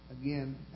again